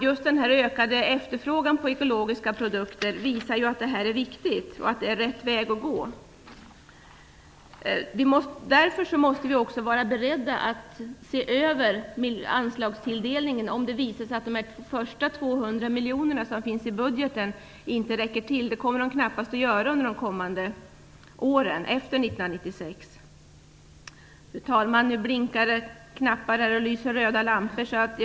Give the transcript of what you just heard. Just den ökade efterfrågan på ekologiskt odlade produkter visar att detta är viktigt och att det är rätt väg att gå. Därför måste vi också vara beredda att se över anslagstilldelningen om det visar sig att de första 200 miljonerna som finns i budgeten inte räcker till. Det kommer de knappast att göra under de kommande åren efter år 1996. Fru talman! Nu lyser det röda lampor i talarstolen.